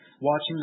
watching